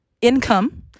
income